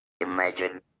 Imagine